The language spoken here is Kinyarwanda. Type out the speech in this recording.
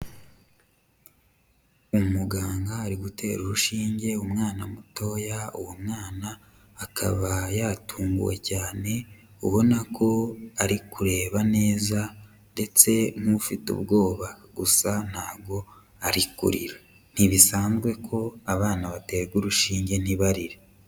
Umuganga ari gutera urushinge umwana mutoya, uwo mwana akaba yatunguwe cyane ubona ko ari kureba neza ndetse nk'ufite ubwoba gusa ntabwo ari kurira, ntibisanzwe ko abana baterwa urushinge ntibarire.